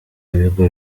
n’ibigo